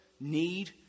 need